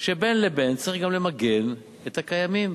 שבין לבין צריך גם למגן את הקיימים.